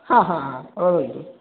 वदन्तु